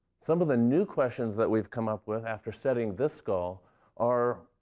some of the new questions that we've come up with after setting this goal are,